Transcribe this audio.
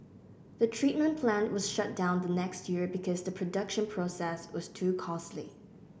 the treatment plant was shut down the next year because the production process was too costly